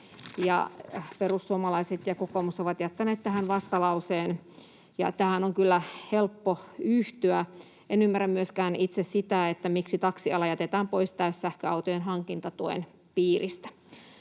Perussuomalaiset ja kokoomus ovat jättäneet tähän vastalauseen, johon on kyllä helppo yhtyä. En myöskään itse ymmärrä sitä, miksi taksiala jätetään pois täyssähköautojen hankintatuen piiristä.